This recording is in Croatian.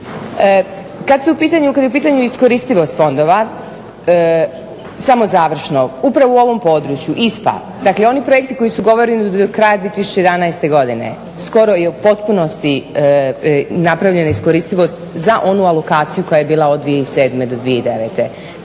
Kada je u pitanju iskoristivost fondova, samo završno, upravo u ovom području ISPA dakle oni projekti koji su ugovoreno do kraja 2011. godine skoro i u potpunosti napravljena je iskoristivost za onu alokaciju koja je bila od 2007. do 2009. Dakle,